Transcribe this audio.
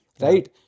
Right